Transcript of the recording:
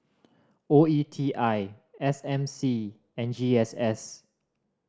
O E T I S M C and G S S